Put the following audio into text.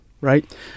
right